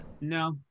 no